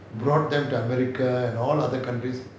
brought them to america and all other countries